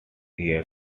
years